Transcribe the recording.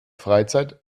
freizeit